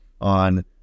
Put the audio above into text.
on